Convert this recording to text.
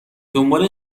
دنبال